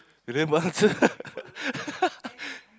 you damn bastard